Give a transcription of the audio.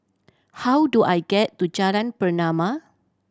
how do I get to Jalan Pernama